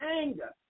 anger